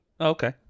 Okay